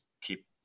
keep